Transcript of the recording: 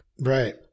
right